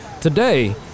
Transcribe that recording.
Today